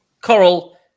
coral